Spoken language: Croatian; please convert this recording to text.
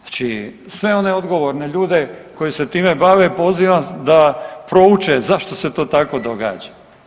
Znači sve one odgovorne ljude koji se time bave pozivam da prouče zašto se to tako događa?